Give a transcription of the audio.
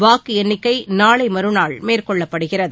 வாக்கு எண்ணிக்கை நாளை மறுநாள் மேற்கொள்ளப்படுகிறது